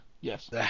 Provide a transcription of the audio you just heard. Yes